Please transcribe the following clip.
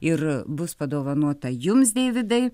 ir bus padovanota jums deividai